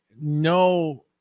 no